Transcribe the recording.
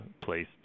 place